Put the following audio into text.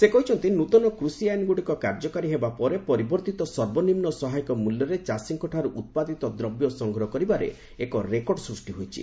ସେ କହିଛନ୍ତି ନୃତନ କୃଷି ଆଇନଗୁଡ଼ିକ କାର୍ଯ୍ୟକାରୀ ହେବା ପରେ ପରିବର୍ଦ୍ଧିତ ସର୍ବନିମ୍ନ ସହାୟକ ମଲ୍ୟରେ ଚାଷୀଙ୍କଠାରୁ ଉତ୍ପାଦିତ ଦ୍ରବ୍ୟ ସଂଗ୍ରହ କରିବାରେ ଏକ ରେକର୍ଡ଼ ସୃଷ୍ଟି ହୋଇଛି